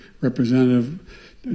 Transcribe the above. Representative